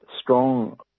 strong